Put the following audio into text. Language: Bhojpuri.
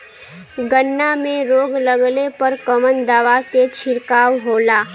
गन्ना में रोग लगले पर कवन दवा के छिड़काव होला?